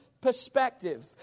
perspective